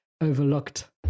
overlooked